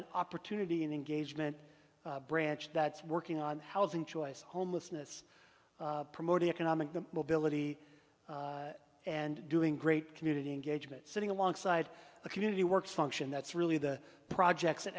an opportunity and engagement branch that's working on housing choice homelessness promoting economic mobility and doing great community engagement sitting alongside the community work function that's really the projects an